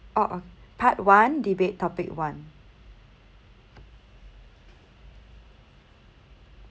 oo oo part one debate topic one